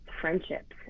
friendships